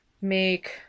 make